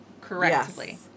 correctly